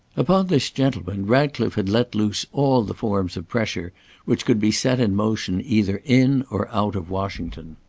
upon this gentleman ratcliffe had let loose all the forms of pressure which could be set in motion either in or out of washington.